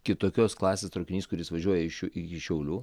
kitokios klasės traukinys kuris važiuoja iš iki šiaulių